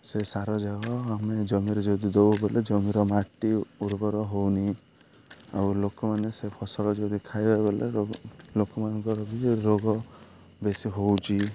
ସେ ସାର ଯାକ ଆମେ ଜମିରେ ଯଦି ଦଉ ବଲେ ଜମିର ମାଟି ଉର୍ବର ହଉନି ଆଉ ଲୋକମାନେ ସେ ଫସଲ ଯଦି ଖାଇବେ ବଲେ ରୋଗ୍ ଲୋକମାନଙ୍କର ବି ରୋଗ ବେଶୀ ହେଉଛି